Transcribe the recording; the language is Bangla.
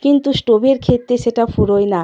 কিন্তু স্টোভের ক্ষেত্রে সেটা ফুরোয় না